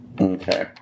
Okay